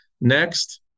next